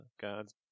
God's